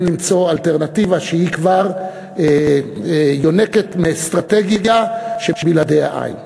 למצוא אלטרנטיבה שכבר יונקת מאסטרטגיה שבלעדיה אין.